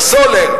בסולר,